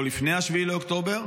לא לפני 7 באוקטובר,